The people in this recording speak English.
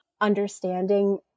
understanding